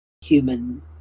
human